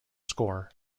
score